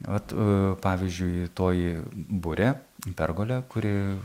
vat pavyzdžiui toji burė pergolė kuri